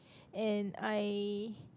and I